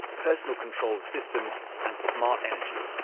personal control of systems, and smart energy.